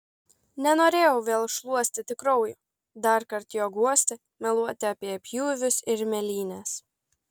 nenorėjau vėl šluostyti kraujo darkart jo guosti meluoti apie pjūvius ir mėlynes